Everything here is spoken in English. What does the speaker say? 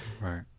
Right